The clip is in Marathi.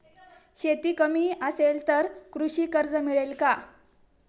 शेती कमी असेल तर कृषी कर्ज मिळेल का?